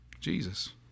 Jesus